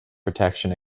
protection